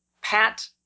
pat